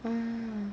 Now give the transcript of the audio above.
oh